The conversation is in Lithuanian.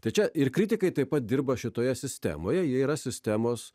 tačiau ir kritikai taip pat dirba šitoje sistemoje jie yra sistemos